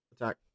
attack